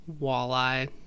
walleye